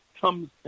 comes